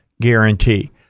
guarantee